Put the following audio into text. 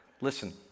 Listen